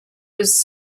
was